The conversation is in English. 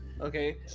okay